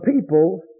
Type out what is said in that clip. people